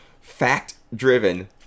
fact-driven